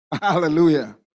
Hallelujah